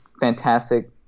fantastic